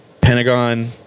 Pentagon